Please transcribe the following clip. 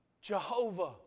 Jehovah